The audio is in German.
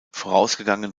vorausgegangen